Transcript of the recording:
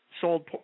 sold